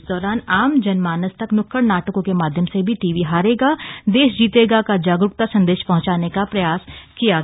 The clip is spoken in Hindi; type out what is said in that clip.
इस दौरान आम जनमानस तक नुक्कइ नाटकों के माध्यम से टीबी हारेगा देश जीतेगा का जागरूकता संदेश पहंचाने का प्रयास किया गया